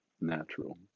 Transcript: natural